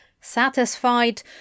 Satisfied